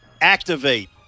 activate